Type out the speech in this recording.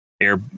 air